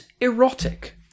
erotic